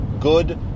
good